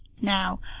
Now